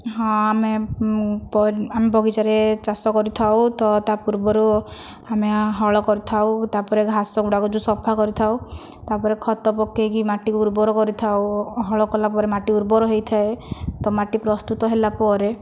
ହଁ ଆମେ ଆମ ବଗିଚାରେ ଚାଷ କରିଥାଉ ତ ତା' ପୂର୍ବରୁ ଆମେ ହଳ କରିଥାଉ ତା'ପରେ ଘାସଗୁଡ଼ାକ ଯେଉଁ ସଫା କରିଥାଉ ତା'ପରେ ଖତ ପକାଇକି ମାଟିକୁ ଉର୍ବର କରିଥାଉ ହଳ କଲା ପରେ ମାଟି ଉର୍ବର ହୋଇଥାଏ ତ ମାଟି ପ୍ରସ୍ତୁତ ହେଲା ପରେ